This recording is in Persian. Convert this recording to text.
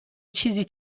چیزی